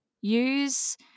use